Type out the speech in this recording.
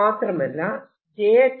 മാത്രമല്ല j